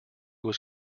was